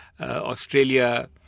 Australia